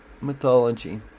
mythology